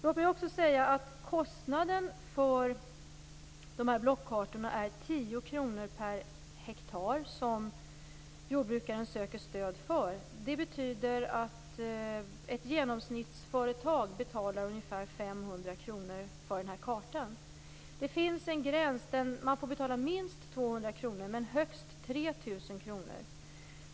Låt mig också säga att kostnaden för blockkartorna är 10 kr per hektar som jordbrukaren söker stöd för. Det betyder att ett genomsnittsföretag betalar ungefär 500 kr för en karta. Man får betala minst 200 kr men högst 3 000 kr.